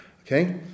okay